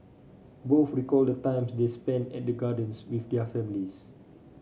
both recalled the times they spent at the gardens with their families